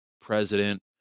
president